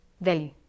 value